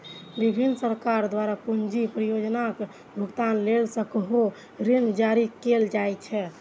विभिन्न सरकार द्वारा पूंजी परियोजनाक भुगतान लेल सेहो ऋण जारी कैल जाइ छै